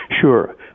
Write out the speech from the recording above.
Sure